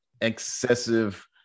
excessive